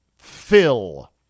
Phil